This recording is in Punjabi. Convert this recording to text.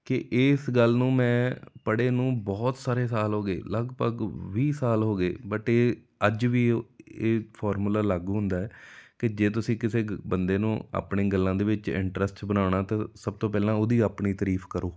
ਕਿ ਇਸ ਗੱਲ ਨੂੰ ਮੈਂ ਪੜ੍ਹੇ ਨੂੰ ਬਹੁਤ ਸਾਰੇ ਸਾਲ ਹੋ ਗਏ ਲਗਭਗ ਵੀਹ ਸਾਲ ਹੋ ਗਏ ਬਟ ਇਹ ਅੱਜ ਵੀ ਇਹ ਫੋਰਮੂਲਾ ਲਾਗੂ ਹੁੰਦਾ ਹੈ ਕਿ ਜੇ ਤੁਸੀਂ ਕਿਸੇ ਗ ਬੰਦੇ ਨੂੰ ਆਪਣੀਆਂ ਗੱਲਾਂ ਦੇ ਵਿੱਚ ਇੰਟਰਸਟ ਬਣਾਉਣਾ ਤਾਂ ਸਭ ਤੋਂ ਪਹਿਲਾਂ ਉਹਦੀ ਆਪਣੀ ਤਾਰੀਫ਼ ਕਰੋ